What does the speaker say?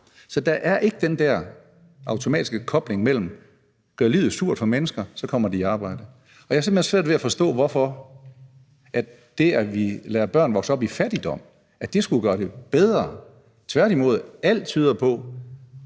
Så der er ikke den der automatiske kobling mellem, at hvis man gør livet surt for mennesker, kommer de i arbejde. Jeg har simpelt hen svært ved at forstå, hvorfor det, at vi lader børn vokse op i fattigdom, skulle gøre det bedre. Tværtimod tyder alt